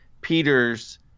Peter's